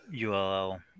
ULL